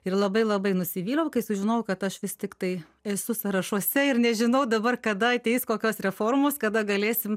ir labai labai nusivyliau kai sužinojau kad aš vis tiktai esu sąrašuose ir nežinau dabar kada ateis kokios reformos kada galėsim